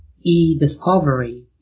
e-discovery